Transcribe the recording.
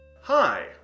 Hi